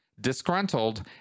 disgruntled